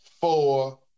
four